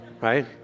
right